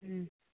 हँ